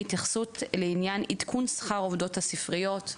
התייחסות לעניין עדכון שכר עובדות הספריות הציבוריות.